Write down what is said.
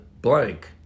blank